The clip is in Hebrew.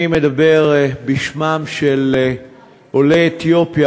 אני מדבר בשמם של עולי אתיופיה,